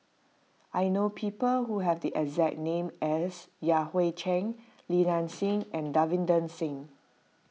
I know people who have the exact name as Yan Hui Chang Li Nanxing and Davinder Singh